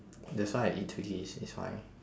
that's why I eat twiggies it's fine